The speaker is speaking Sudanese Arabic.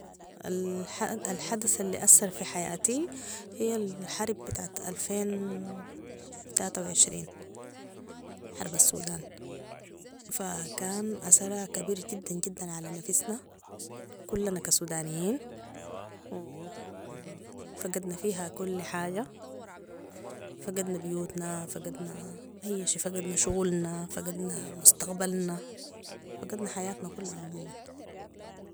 الحدث الي أثر في حياتي هي الحرب بتاعت الفين وتلاته وعشرين حرب السودان فكان أثرها كبير جدا جداعلى نفسنا كلنا كسودانيين وفقدنا فيها كل حاجه فقدنا بيوتنا وفقدنا أي شيء فقدنا شغولنا وفقدنا مستقبلنا فقدنا حياتنا كلها عموما